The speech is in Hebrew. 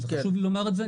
וחשוב לי לומר את זה,